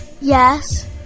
yes